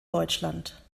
deutschland